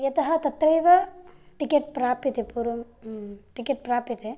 यतः तत्रैव टिकेट् प्राप्यते पूर्वं टिकेट् प्राप्यते